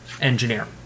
engineer